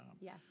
Yes